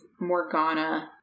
Morgana